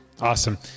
Awesome